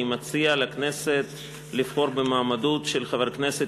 אני מציע לכנסת לבחור במועמד חבר הכנסת